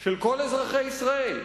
של כל אזרחי ישראל.